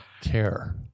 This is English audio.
care